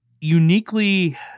uniquely